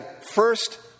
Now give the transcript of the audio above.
first